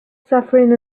suffering